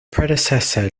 predecessor